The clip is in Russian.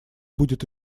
будет